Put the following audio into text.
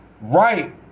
right